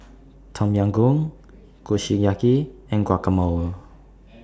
Tom Yam Goong Kushiyaki and Guacamole